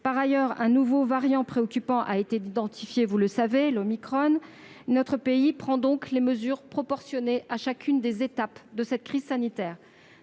par ailleurs, un nouveau variant préoccupant, l'omicron, a été identifié. Notre pays prend donc les mesures proportionnées à chacune des étapes de cette crise sanitaire.